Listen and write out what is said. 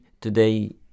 Today